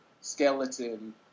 skeleton